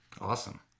Awesome